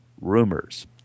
Rumors